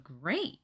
Great